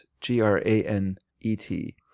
g-r-a-n-e-t